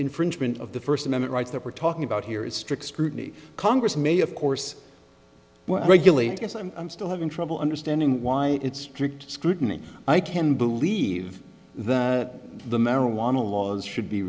infringement of the first amendment rights that we're talking about here is strict scrutiny congress may of course regulate guess i'm i'm still having trouble understanding why it's strict scrutiny i can believe that the marijuana laws should be